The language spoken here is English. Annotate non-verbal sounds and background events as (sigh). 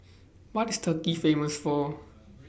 What IS Turkey Famous For (noise)